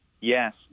Yes